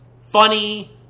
funny